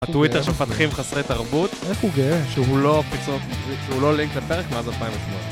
הטוויטר של מפתחים חסרי תרבות, איך הוא גאה? שהוא לא פיצות, שהוא לא לינק לפרק מאז 2008.